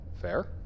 Fair